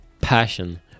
passion